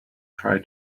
try